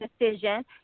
decision